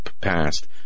passed